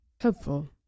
helpful